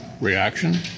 reaction